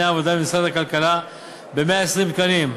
דיני העבודה במשרד הכלכלה ב-120 תקנים,